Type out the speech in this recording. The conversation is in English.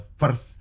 first